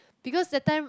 because that time